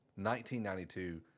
1992